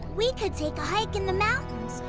we could take a hike in the mountains,